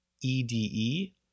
EDE